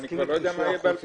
אני כבר לא יודע מה יהיה ב-2020.